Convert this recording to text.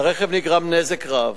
לרכב נגרם נזק רב.